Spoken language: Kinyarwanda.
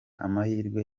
amahirwe